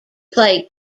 played